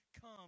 come